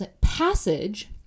passage